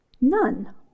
None